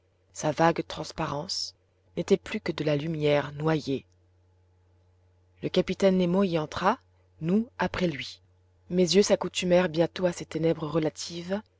sa vague transparence n'était plus que de la lumière noyée le capitaine nemo y entra nous après lui mes yeux s'accoutumèrent bientôt à ces ténèbres relatives